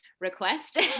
request